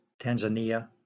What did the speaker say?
Tanzania